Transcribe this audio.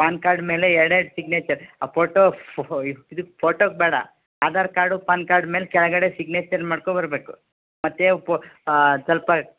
PAN card ಮೇಲೆ ಎರಡು ಎರಡು ಸಿಗ್ನೇಚರ್ ಆ ಫೋಟೋ ಇದು ಫೋಟೋಗೆ ಬೇಡ ಆಧಾರ್ ಕಾರ್ಡು ಪಾನ್ ಕಾರ್ಡ್ ಮೇಲೆ ಕೆಳಗಡೆ ಸಿಗ್ನೇಚರ್ ಮಾಡ್ಕೊಂಬರ್ಬೇಕು ಮತ್ತೆ ಫೋ ಸ್ವಲ್ಪ